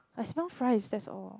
I smell fries that's all